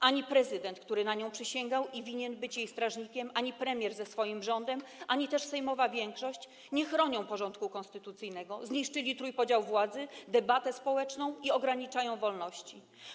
Ani prezydent, który na nią przysięgał i której winien być strażnikiem, ani premier ze swoim rządem, ani też sejmowa większość nie chronią porządku konstytucyjnego, zniszczyli trójpodział władzy, debatę społeczną i ograniczają wolności.